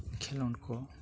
ᱠᱷᱮᱞᱚᱸᱰ ᱠᱚ